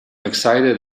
excited